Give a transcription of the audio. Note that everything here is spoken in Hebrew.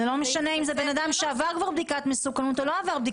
זה לא משנה אם זה אדם שעבר כבר בדיקת מסוכנות או לא.